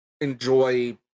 enjoy